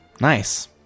Nice